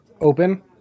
open